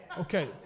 Okay